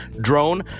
drone